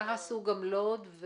כך עשו גם לוד.